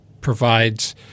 provides